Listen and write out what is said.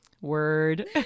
Word